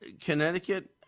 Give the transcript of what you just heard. Connecticut